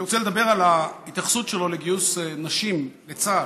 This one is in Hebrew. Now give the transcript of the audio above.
אני רוצה לדבר על ההתייחסות שלו לגיוס נשים לצה"ל.